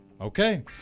Okay